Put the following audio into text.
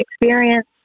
experience